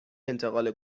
انتقال